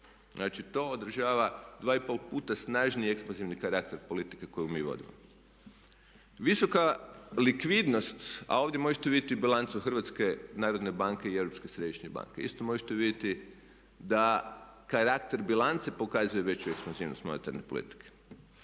Znači to održava dva i pol puta snažniji ekspanzivni karakter politike koju mi vodimo. Visoka likvidnost, a ovdje možete vidjeti bilancu Hrvatske narodne banke i Europske središnje banke. Isto možete vidjeti da karakter bilance pokazuje veću ekspanzivnost monetarne politike.